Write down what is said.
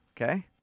Okay